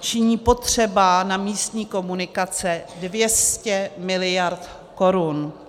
činí potřeba na místní komunikace 200 mld. korun.